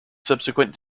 subsequent